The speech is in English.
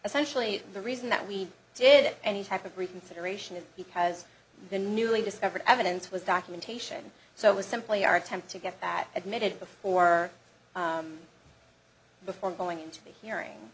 essentially the reason that we did any type of reconsideration is because the newly discovered evidence was documentation so it was simply our attempt to get that admitted before before going into the